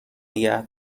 نگه